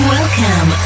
Welcome